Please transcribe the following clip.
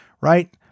right